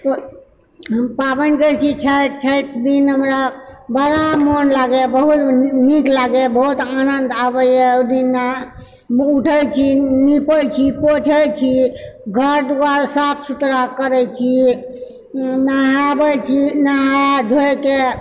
हम पाबनि करैत छी छठि छठि दिन हमरा बड़ा मन लागैए बहुत नीक लागैए बहुत आनन्द आबैए ओहि दिनाँ उठए छी नीपए छी पोछैएछी घर दुआर साफ सुथरा करैत छी नहाबए छी नहाए धोएके